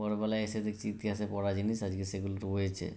ভোরবেলায় এসে দেখছি ইতিহাসে পড়া জিনিস আজকে সেগুলো রয়েছে